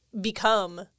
become